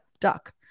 duck